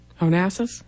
Onassis